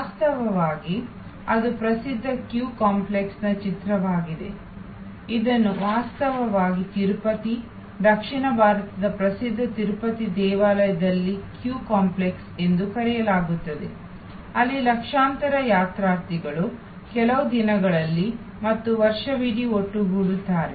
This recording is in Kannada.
ವಾಸ್ತವವಾಗಿ ಅದು ಪ್ರಸಿದ್ಧ ಸರದಿ ಕಾಂಪ್ಲೆಕ್ಸ್ನ ಚಿತ್ರವಾಗಿದೆ ಇದನ್ನು ವಾಸ್ತವವಾಗಿ ತಿರುಪತಿ ದಕ್ಷಿಣ ಭಾರತದ ಪ್ರಸಿದ್ಧ ತಿರುಪತಿ ದೇವಾಲಯದಲ್ಲಿ ಸರದಿ ಕಾಂಪ್ಲೆಕ್ಸ್ ಎಂದು ಕರೆಯಲಾಗುತ್ತದೆ ಅಲ್ಲಿ ಲಕ್ಷಾಂತರ ಯಾತ್ರಾರ್ಥಿಗಳು ಕೆಲವು ದಿನಗಳಲ್ಲಿ ಮತ್ತು ವರ್ಷವಿಡೀ ಒಟ್ಟುಗೂಡುತ್ತಾರೆ